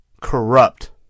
corrupt